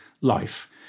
life